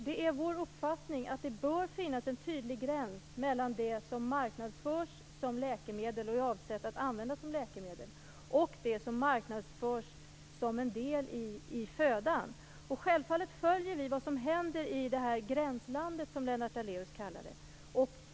Det är vår uppfattning att det bör finnas en tydlig gräns mellan det som marknadsförs som läkemedel och är avsett att användas som läkemedel och det som marknadsförs som en del i födan. Självfallet följer vi vad som händer i det här gränslandet, som Lennart Daléus kallar det.